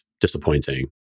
disappointing